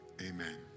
Amen